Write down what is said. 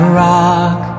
rock